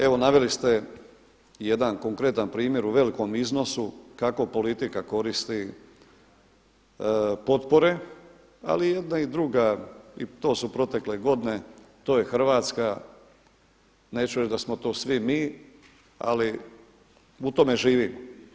Evo naveli ste jedan konkretan primjer u velikom iznosu kako politika koristi potpore, ali jedna i druga i to su protekle godine to je Hrvatska, neću reći da smo to svi mi, ali u tome živimo.